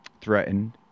threatened